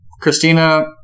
Christina